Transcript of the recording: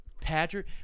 Patrick